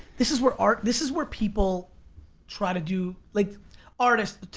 this is where art, this is where people try to do, like artists,